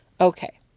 Okay